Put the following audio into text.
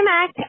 Mac